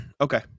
Okay